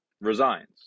resigns